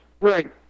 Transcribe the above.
Right